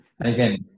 again